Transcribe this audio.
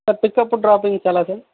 sir pickup droppings ఎలా sir